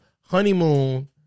honeymoon